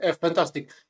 fantastic